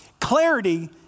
clarity